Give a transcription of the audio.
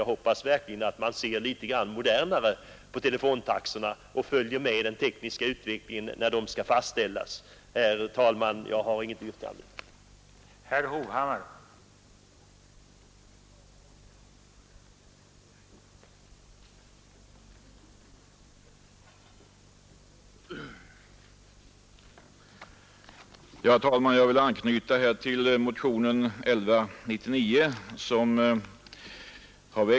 Jag hoppas verkligen att man ser litet mera modernt på denna fråga och följer med tekniken när taxorna skall fastställas. Nr 41 Herr talman! Jag har för dagen inget yrkande.